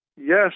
Yes